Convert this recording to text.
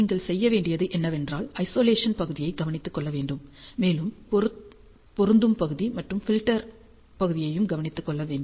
நீங்கள் செய்ய வேண்டியது என்னவென்றால் ஐசொலேசன் பகுதியை கவனித்துக் கொள்ள வேண்டும் மேலும் பொருந்தும் பகுதி மற்றும் ஃபில்டரிங் பகுதியையும் கவனித்துக் கொள்ள வேண்டும்